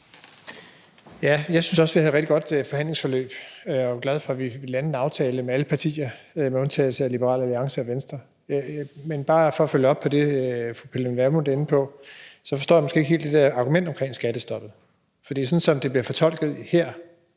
Ja, og jeg synes også, at vi havde et rigtig godt forhandlingsforløb, og jeg er glad for, at vi landede en aftale med alle partier med undtagelse af Liberal Alliance og Venstre. Men bare for at følge op på det, som fru Pernille Vermund var inde på, så forstår jeg måske ikke helt det dér element omkring skattestoppet. For sådan som det bliver fortolket her,